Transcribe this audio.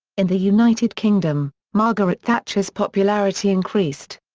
in the united kingdom, margaret thatcher's popularity increased.